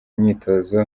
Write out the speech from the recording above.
imyitozo